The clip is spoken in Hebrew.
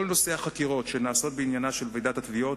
כל נושא החקירות שנעשות בעניינה של ועידת התביעות